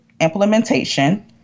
implementation